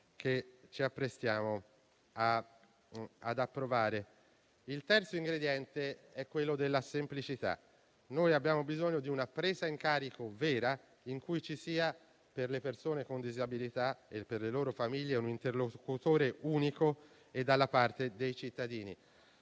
che ci apprestiamo ad approvare. Il terzo ingrediente è la semplicità: abbiamo bisogno di una presa in carico vera, che preveda per le persone con disabilità e per le loro famiglie un interlocutore unico dalla parte dei cittadini;